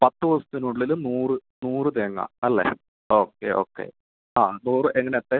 പത്തു ദിവസത്തിന് ഉള്ളിൽ നൂറ് നൂറ് തേങ്ങ അല്ലേ ഓക്കേ ഓക്കേ ആ നൂറ് എങ്ങനത്തെ